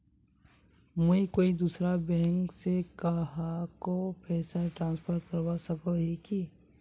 मुई कोई दूसरा बैंक से कहाको पैसा ट्रांसफर करवा सको ही कि?